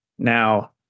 Now